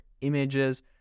images